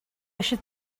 should